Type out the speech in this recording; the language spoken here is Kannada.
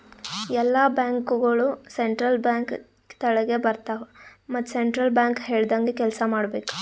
ಎಲ್ಲಾ ಬ್ಯಾಂಕ್ಗೋಳು ಸೆಂಟ್ರಲ್ ಬ್ಯಾಂಕ್ ತೆಳಗೆ ಬರ್ತಾವ ಮತ್ ಸೆಂಟ್ರಲ್ ಬ್ಯಾಂಕ್ ಹೇಳ್ದಂಗೆ ಕೆಲ್ಸಾ ಮಾಡ್ಬೇಕ್